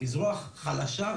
היא זרועה חלשה,